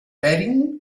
bering